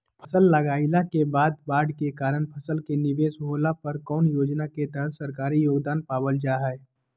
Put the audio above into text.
फसल लगाईला के बाद बाढ़ के कारण फसल के निवेस होला पर कौन योजना के तहत सरकारी योगदान पाबल जा हय?